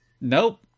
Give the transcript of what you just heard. Nope